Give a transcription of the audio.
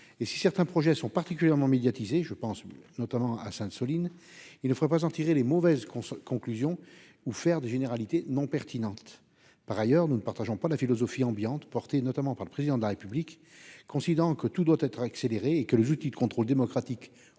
Si certains projets sont particulièrement médiatisés- je pense évidemment à Sainte-Soline -, il ne faut pas en tirer de mauvaises conclusions ni en faire des généralités non pertinentes. Par ailleurs, nous ne partageons pas la philosophie ambiante, portée notamment par le Président de la République, considérant que tout doit être accéléré et que les outils de contrôle démocratique,